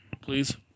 Please